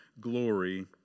glory